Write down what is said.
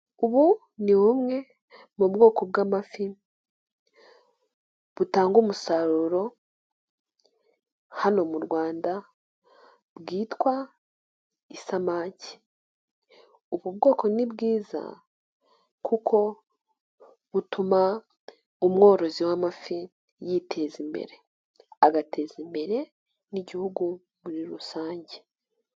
Ubu ni bumwe mu bwoko bw'amafi butanga umusaruro hano mu Rwanda bwitwa isamaki, ubu bwoko ni bwiza kuko butuma umworozi w'amafi yiteza imbere, agateza imbere n'Igihugu muri rusange.